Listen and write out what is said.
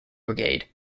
brigade